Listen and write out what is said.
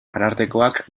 arartekoak